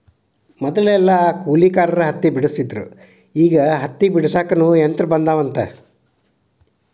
ಮದಲೆಲ್ಲಾ ಕೂಲಿಕಾರರ ಹತ್ತಿ ಬೆಡಸ್ತಿದ್ರ ಈಗ ಹತ್ತಿ ಬಿಡಸಾಕುನು ಯಂತ್ರ ಬಂದಾವಂತ